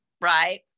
right